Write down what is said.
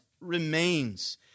remains